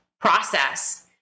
process